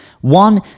One